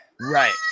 right